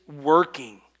working